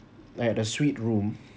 like the suite room